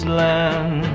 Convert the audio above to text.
land